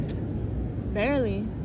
Barely